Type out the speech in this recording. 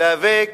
להיאבק